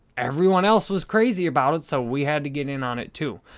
everyone else was crazy about it, so we had to get in on it, too.